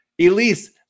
Elise